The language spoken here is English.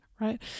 right